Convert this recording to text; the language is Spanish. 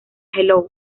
hello